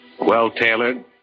Well-tailored